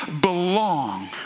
belong